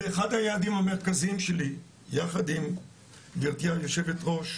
אחד היעדים המרכזיים שלי יחד עם גבירתי יושבת הראש